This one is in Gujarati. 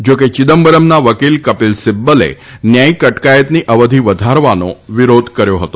જા કે ચિદમ્બરમના વકીલ કપિલ સિબ્બલે ન્યાયિક અટકાયતની અવધી વધારવાનો વિરોધ કર્યો હતો